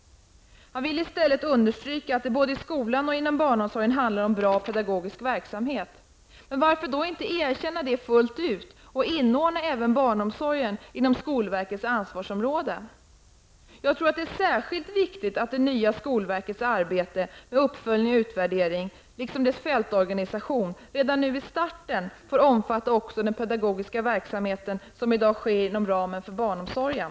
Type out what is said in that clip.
Han vill i stället understryka att det både inom skolan och inom barnomsorgen handlar om bra pedagogisk verksamhet. Men varför då inte erkänna det fullt ut och inordna även barnomsorgen inom skolverkets ansvarsområde? Jag tror att det är särskilt viktigt att det nya skolverkets arbete med uppföljning och utvärdering liksom dess fältorganisation redan i starten får omfatta också den pedagogiska verksamhet som i dag bedrivs inom ramen för barnomsorgen.